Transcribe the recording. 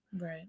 Right